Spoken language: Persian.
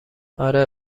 آره